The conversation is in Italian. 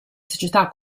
società